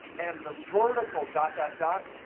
and the vertical dot, dot, dot,